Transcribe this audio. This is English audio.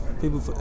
people